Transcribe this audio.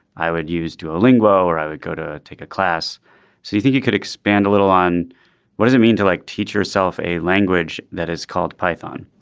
i would use to ah lingual or i would go to take a class. so you think you could expand a little on what does it mean to like teach yourself a language that is called python?